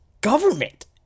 government